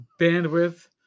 bandwidth